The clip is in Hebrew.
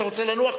אתה רוצה לנוח?